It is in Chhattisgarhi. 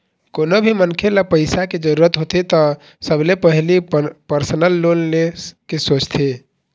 कोनो भी मनखे ल पइसा के जरूरत होथे त सबले पहिली परसनल लोन ले के सोचथे